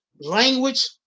language